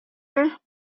her